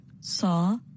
saw